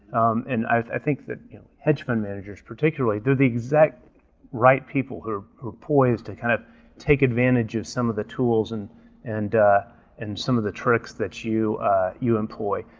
um and i think that hedge fund managers particularly, they're the exact right people who are poised to kind of take advantage of some of the tools and and and some of the tricks that you you employ.